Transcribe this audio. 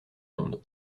monde